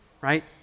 right